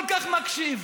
כל כך מקשיב,